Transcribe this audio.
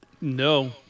no